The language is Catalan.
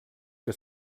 que